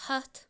ہَتھ